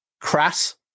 Crass